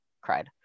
cried